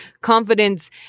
confidence